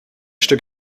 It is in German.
stück